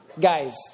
Guys